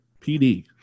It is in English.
PD